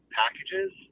packages